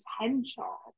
potential